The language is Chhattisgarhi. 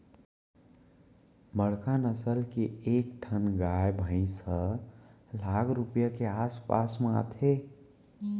बड़का नसल के एक ठन गाय भईंस ह लाख रूपया के आस पास म आथे